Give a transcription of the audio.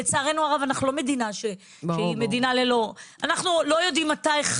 לצערנו הרב אנחנו לא יודעים מתי,